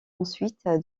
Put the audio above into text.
ensuite